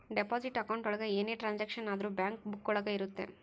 deposit account ಒಳಗ ಏನೇ transaction ಆದ್ರೂ ಬ್ಯಾಂಕ್ ಬುಕ್ಕ ಒಳಗ ಇರುತ್ತೆ